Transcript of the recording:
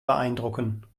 beeindrucken